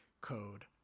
code